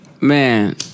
man